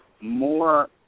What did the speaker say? more